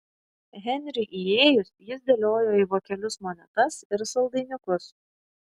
henriui įėjus jis dėliojo į vokelius monetas ir saldainiukus